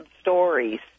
stories